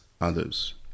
others